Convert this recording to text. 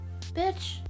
Bitch